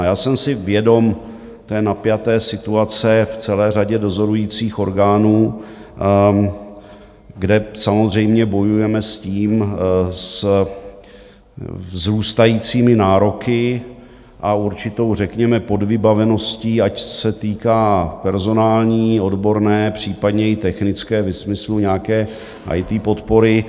Já jsem si vědom té napjaté situace v celé řadě dozorujících orgánů, kde samozřejmě bojujeme s tím, se vzrůstajícími nároky a určitou řekněme podvybaveností, ať se týká personální, odborné, případně i technické ve smyslu nějaké IT podpory.